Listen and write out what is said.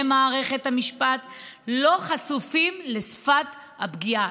מערכת המשפט לא חשופים לשפת הפגיעה.